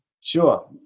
Sure